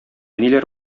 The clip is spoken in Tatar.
ниләр